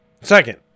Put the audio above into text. Second